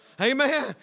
Amen